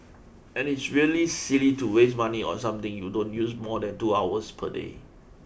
and it's really silly to waste money on something you don't use more than two hours per day